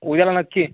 उद्याला नक्की